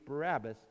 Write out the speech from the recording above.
Barabbas